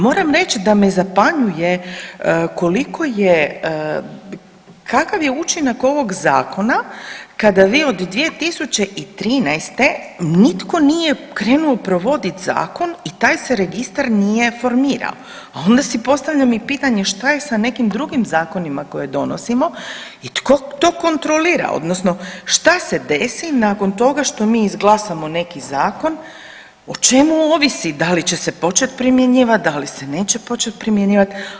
Moram reći da me zapanjuje koliko je, kakav je učinak ovog Zakona kada vi od 2013. nitko nije krenuo provoditi Zakon i taj se registar nije formirao, a onda si postavljam i pitanje, šta je sa nekim drugim zakonima koje donosimo i tko to kontrolira odnosno šta se desi nakon toga što mi izglasamo neki zakon, o čemu ovisi da li će se početi primjenjivati, da li se neće početi primjenjivati?